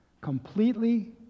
completely